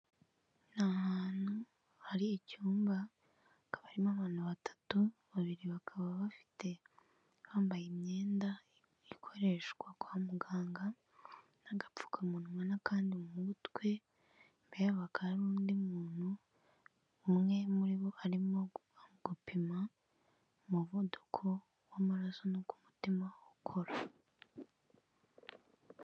Ni hantu hari icyumba hakaba harimo abantu batatu, babiri bakaba bafite bambaye imyenda ikoreshwa kwa muganga n'agapfukamunwa n'akandi mu mutwe, imbere yabo hakaba hari undi muntu umwe muri bo arimo gupima umuvuduko w'amaraso n'uko umutima ukora.